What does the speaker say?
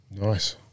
Nice